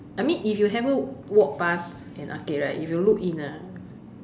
I mean if you happen walk pass an arcade right if you look in ah